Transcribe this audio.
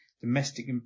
Domestic